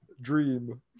dream